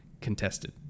contested